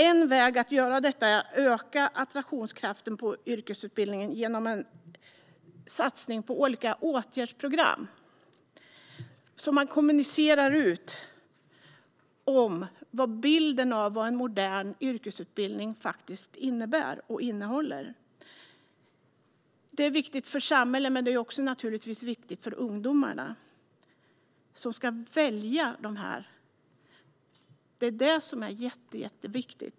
En väg att göra detta är att öka attraktionskraften på yrkesutbildningen genom en satsning på olika åtgärdsprogram som kommunicerar bilden av vad en modern yrkesutbildning faktiskt innebär och innehåller. Det är viktigt för samhället men givetvis också för ungdomarna som ska välja dessa utbildningar. Det är jätteviktigt.